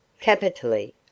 Capitally